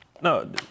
No